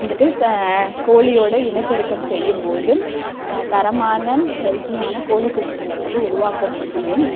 வந்துட்டு கோழியோட இனப்பெருக்கம் செய்யும் போது தரமான ஹெல்த்தியான கோழிக்குஞ்சிகள வந்து உருவாக்க முடியும்